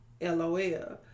LOL